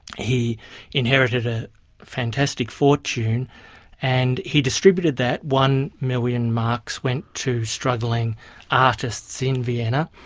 he inherited a fantastic fortune and he distributed that. one million marks went to struggling artists in vienna,